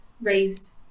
raised